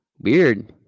Weird